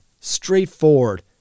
Straightforward